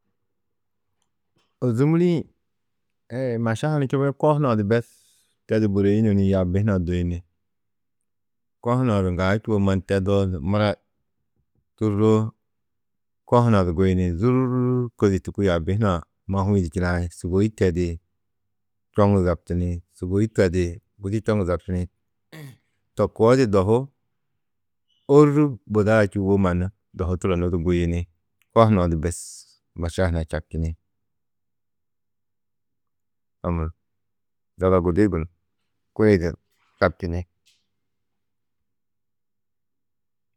Ôzumuri-ĩ maša hunu čubĩ ko hunã du bes tedu bûroyunu ni yaabi hunã duyini Ko hunã du ŋgaa čûwo mannu tedoo, mura tûrroo, ko hunã du guyini, zûrko di tûku yaabi hunã ma hûi-ĩ du činai. Sûgoi tedi, čoŋu zabtini, sûgoi tedi gudi čoŋu zabtini, to koo di dohu ôrru budaa čûwo mannu dohu turonnu du guyini, ko hunã du bes mašaa huna čabčini. A muro zaga gudi gunú, ko-ĩ du čabčini.